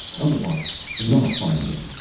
otherwise do not harm him,